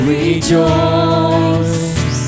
rejoice